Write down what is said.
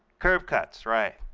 curb cuts, right.